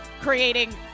creating